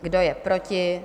Kdo je proti?